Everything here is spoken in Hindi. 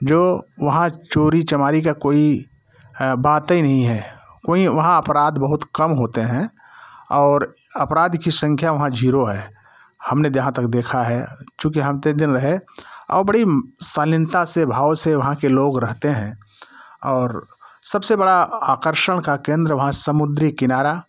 जो वहाँ चोरी चमारी का कोई बात ही नहीं हैं कोई वहाँ अपराध बहुत कम होते हैं और अपराध की सँख्या वहाँ जीरो हैं हमने जहाँ तक देखा हैं चूँकि हम इतने दिन रहे और बड़ी शालीनता से भाव से वहाँ के लोग रहते हैं और सबसे बड़ा आकर्षण का केंद्र वहाँ समुद्री किनारा